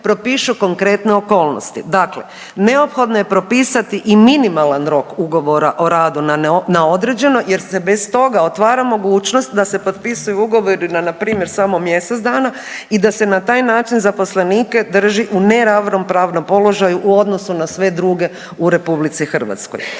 propišu konkretne okolnosti. Dakle, neophodno je propisati i minimalan rok ugovora o radu na određeno jer se bez toga otvara mogućnost da se potpisuju ugovori na npr. samo mjesec dana i da se na taj način zaposlenike drži u neravnopravnom položaju u odnosu na sve druge u Republici Hrvatskoj.